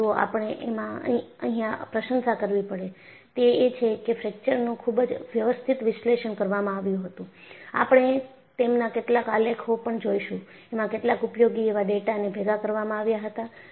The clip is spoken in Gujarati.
પરંતુ આપણે અહિયાં પ્રશંસા કરવી પડે તે એ છે કે ફ્રેક્ચરનું ખૂબ જ વ્યવસ્થિત વિશ્લેષણ કરવામાં આવ્યું હતું આપણે તેમાના કેટલાક આલેખઓ પણ જોઈશું એમાં કેટલાક ઉપયોગી એવા ડેટાને ભેગા કરવામાં આવ્યા હતા